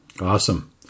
Awesome